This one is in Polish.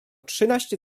trzynaście